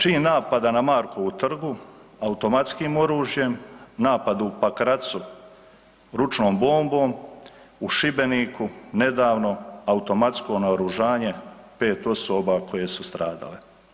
Čin napada na Markovu trgu automatskim oružjem, napad u Pakracu ručnom bombom, u Šibeniku nedavno automatsko naoružanje, 5 osoba koje su stradale.